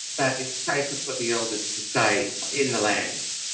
that it's safer for the elders to stay in the lands.